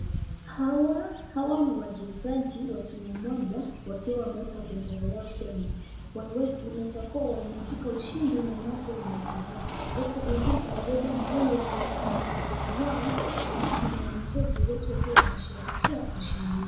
Hawa ni wachezaji wa timu moja wakiwa wameeka bendera yao Kenya. Wanaweza kuwa waeibuka ushinda manake wamefurahi. Wengine wamebeba maua alafu kuna kiongozi wao wa timu ya mchezo wote wakiwa wanashehekea ushindi wao.